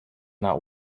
not